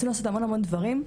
ניסינו לעשות המון המון דברים.